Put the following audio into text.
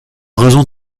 raison